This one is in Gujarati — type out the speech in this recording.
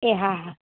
એ હા હા